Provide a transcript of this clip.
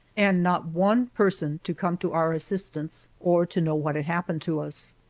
and not one person to come to our assistance or to know what had happened to us.